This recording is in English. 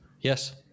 Yes